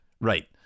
Right